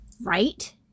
Right